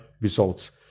results